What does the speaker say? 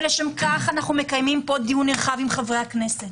לשם כך אנו מקיימים פה דיון נרחב עם חברי הכנסת.